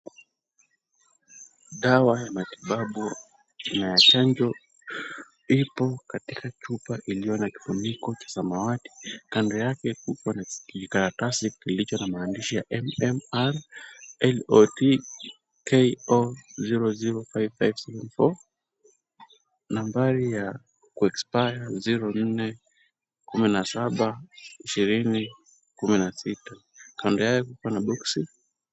Dawa ya matibabu aina ya chanjo, ipo katika chupa iliyo na kifuniko cha samawati. Kando yake kuko na kijikaratasi kilicho na maandishi ya MMR LOTKO-005574 . Nambari ya kuexpire ni zero nne kumi na saba ishirini kumi na sita. Kando yake kuna boksi.